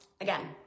Again